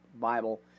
Bible